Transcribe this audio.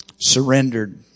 surrendered